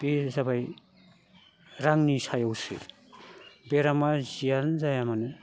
बे जाबाय रांनि सायावसो बेरामा जियानो जाया मानो